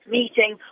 meeting